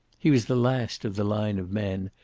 he was the last of the line of men,